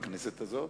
בכנסת הזאת?